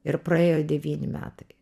ir praėjo devyni metai